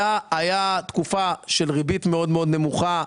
הייתה תקופה של ריבית מאוד נמוכה,